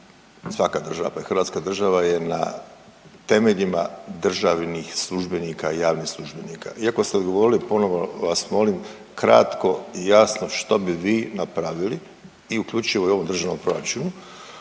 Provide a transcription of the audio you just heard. svaka država pa i Hrvatska država je na temeljima državnih službenika i javnih službenika. Iako ste odgovorili, ponovo vas molim kratko i jasno što bi vi napravili i uključivo ovo i u Državnom proračunu,